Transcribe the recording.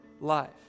life